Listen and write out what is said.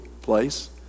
place